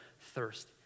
thirst